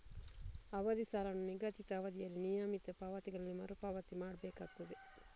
ಅವಧಿ ಸಾಲವನ್ನ ನಿಗದಿತ ಅವಧಿಯಲ್ಲಿ ನಿಯಮಿತ ಪಾವತಿಗಳಲ್ಲಿ ಮರು ಪಾವತಿ ಮಾಡ್ಬೇಕಾಗ್ತದೆ